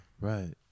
Right